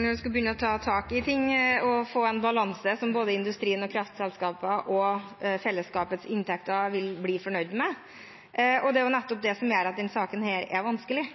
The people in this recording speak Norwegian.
når man skal begynne å ta tak i ting, å få en balanse som både industrien og kraftselskapene og fellesskapets inntekter vil bli fornøyd med, og det er nettopp det som gjør at denne saken er vanskelig.